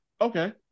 okay